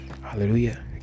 Hallelujah